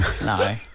No